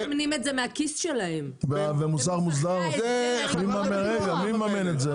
ובמוסך מוסדר מי מממן את זה?